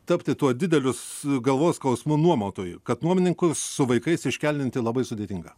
tapti tuo didelius galvos skausmu nuomotojui kad nuomininkus su vaikais iškeldinti labai sudėtinga